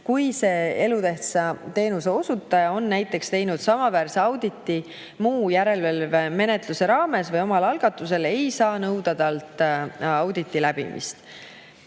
kui elutähtsa teenuse osutaja on näiteks teinud samaväärse auditi muu järelevalvemenetluse raames või oma algatusel, ei saa nõuda talt auditi läbimist.